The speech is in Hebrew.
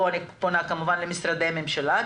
פה אני פונה כמובן למשרדי הממשלה,